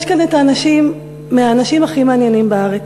יש כאן אנשים מהכי מעניינים בארץ,